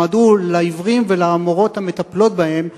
שנועדו לעיוורים ולמורות המטפלות בהם,